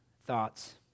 thoughts